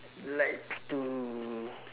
like to